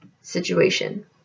situation